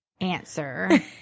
answer